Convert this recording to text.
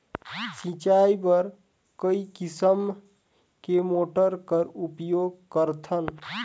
सिंचाई बर कई किसम के मोटर कर उपयोग करथन?